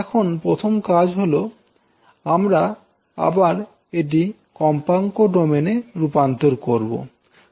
এখন প্রথম কাজ হল আমরা আবার এটি কম্পাঙ্ক ডোমেনে রূপান্তর করবো